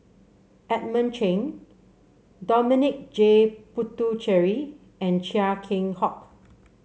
Edmund Cheng Dominic J Puthucheary and Chia Keng Hock